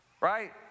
right